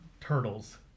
turtles